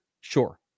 Sure